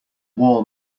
wall